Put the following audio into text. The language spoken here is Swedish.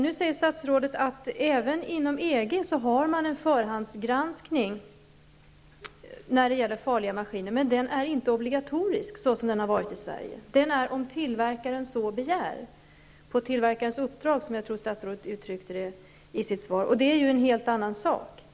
Nu säger statsrådet att man även inom EG har en förhandsgranskning när det gäller farliga maskiner, men den är inte obligatorisk som den har varit i Sverige. Granskningen sker om tillverkaren så begär -- på tillverkarens uppdrag som jag tror att statsrådet uttryckte det i svaret. Men detta är ju en helt annan sak.